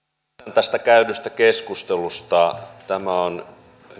tästä käydystä keskustelusta tämä on